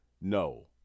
No